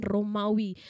Romawi